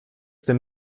tym